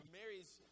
Mary's